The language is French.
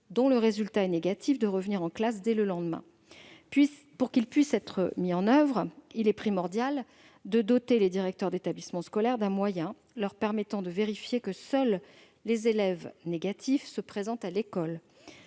dont le résultat est négatif de revenir en cours dès le lendemain. Pour que ce protocole puisse être mis en oeuvre, il est primordial de doter les directeurs d'établissements scolaires d'un moyen leur permettant de vérifier que seuls les élèves négatifs se présentent à l'école.